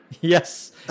Yes